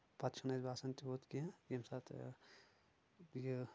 پتہٕ چھُنہٕ آسہِ باسان تیوٗت کینٛہہ ییٚمہِ ساتہٕ یہِ